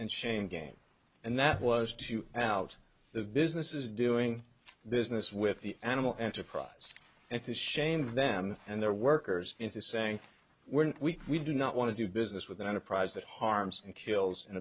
and shame game and that was to out the businesses doing business with the animal enterprise and to shame them and their workers into saying we're weak we do not want to do business with an enterprise that harms and kills and